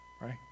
right